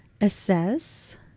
Assess